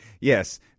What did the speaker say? Yes